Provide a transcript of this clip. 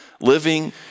living